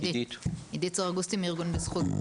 עדית סרגוסטי מארגון "בזכות".